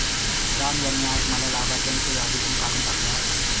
राम यांनी आज मला लाभार्थ्यांच्या यादीतून काढून टाकले आहे